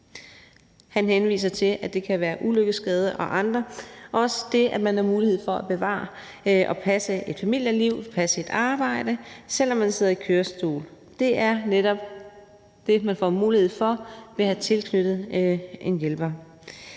Han henviser til, at det kan være ulykkesskader og andet, og også det, at man har mulighed for at bevare og passe et familieliv og passe et arbejde, selv om man sidder i kørestol. Det er netop det, man får mulighed for ved at have tilknyttet en hjælper.